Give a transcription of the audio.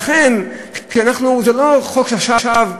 לכן זה לא חוק שעכשיו,